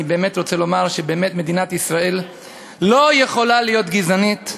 אני באמת רוצה לומר שמדינת ישראל לא יכולה להיות גזענית,